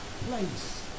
place